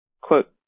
quote